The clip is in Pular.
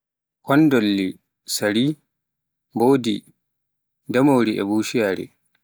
kondilli, sari, mbodi, damori e bushuyaare.